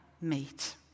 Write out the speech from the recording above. meet